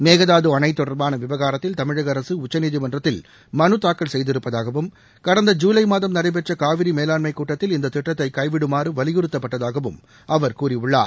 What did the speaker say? மேகதாது அணை தொடர்பான விவகாரத்தில் தமிழக அரசு உச்சநீதிமன்றத்தில் மனு தாக்கல் செய்திருப்பதாகவும் கடந்த ஜூலை மாதம் நடைபெற்ற காவிரி மேலாண்மைக் கூட்டத்தில் இந்த திட்டத்தை கைவிடுமாறு வலியுறுத்தப்பட்டதாகவும் அவர் கூறியுள்ளார்